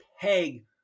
peg